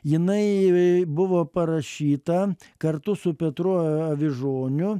jinai buvo parašyta kartu su petru a avižoniu